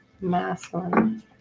masculine